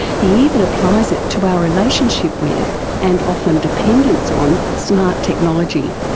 he even applies it to our relationship with and often dependence on smart technology.